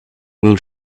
will